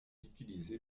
utilisé